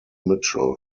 mitchell